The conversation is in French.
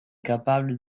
capable